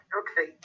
okay